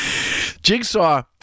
Jigsaw